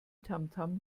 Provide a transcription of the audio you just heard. tamtam